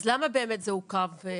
אז למה באמת זה עוכב?